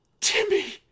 Timmy